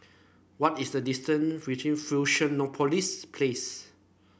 what is the distance reaching Fusionopolis Place